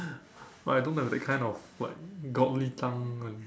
but I don't have that kind of like godly tongue and